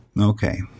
Okay